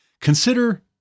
consider